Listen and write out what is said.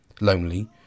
lonely